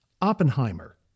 Oppenheimer